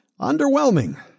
underwhelming